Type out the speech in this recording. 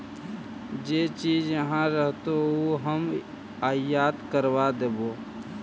जे चीज इहाँ रहतो ऊ हम आयात करबा देबो